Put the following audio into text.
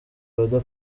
oda